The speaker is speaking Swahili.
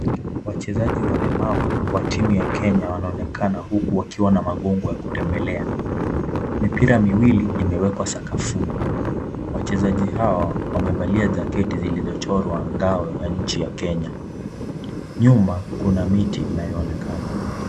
Wachezaji walemavu wa timu ya Kenya wanaonekana huku wakiwa na magongo ya kutembelea. Mipira miwili imewekwa sakafuni. Wachezaji hao wamevalia jaketi zilizochorwa ngao ya nchi ya Kenya. Nyuma kuna miti inayoonekana.